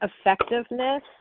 effectiveness